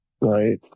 right